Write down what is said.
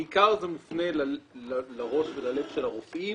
בעיקר זה מופנה לראש וללב של הרופאים